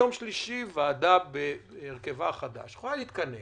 הוועדה בהרכבה החדש יכולה להתכנס